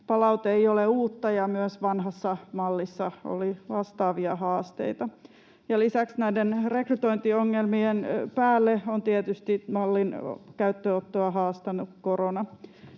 palaute ei ole uutta ja myös vanhassa mallissa oli vastaavia haasteita. Lisäksi näiden rekrytointiongelmien päälle on tietysti mallin käyttöönottoa haastanut korona.